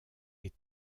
est